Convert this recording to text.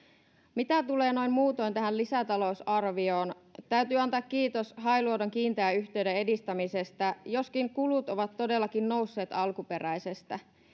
mitä tulee noin muutoin tähän lisätalousarvioon täytyy antaa kiitos hailuodon kiinteän yhteyden edistämisestä joskin kulut ovat todellakin nousseet alkuperäisestä